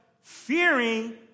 fearing